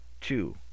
Two